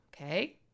okay